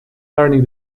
learning